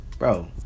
Bro